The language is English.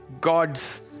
God's